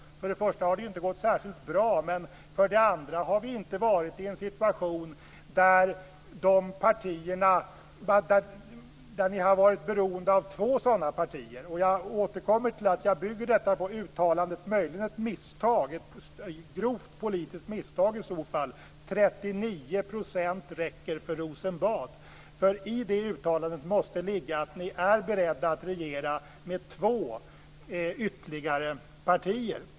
För det första har det inte gått särskilt bra, och för det andra har vi inte varit i en situation där ni har varit beroende av två sådana partier. Och jag återkommer till att jag bygger detta på uttalandet - möjligen ett misstag, ett grovt politiskt misstag i så fall - om att 39 % räcker för Rosenbad. I det uttalandet måste det ligga att ni är beredda att regera med två ytterligare partier.